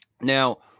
Now